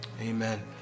Amen